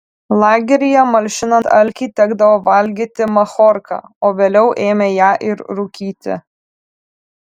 lageryje malšinant alkį tekdavo valgyti machorką o vėliau ėmė ją ir rūkyti